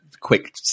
quick